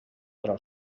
però